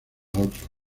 otros